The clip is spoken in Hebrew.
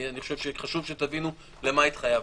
אני חושב שחשוב שתבינו למה התחייבנו.